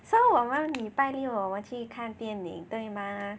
so 我们礼拜六我们去看电影对吗